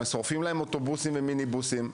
שורפים להם אוטובוסים ומיניבוסים,